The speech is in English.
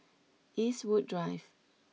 Eastwood Drive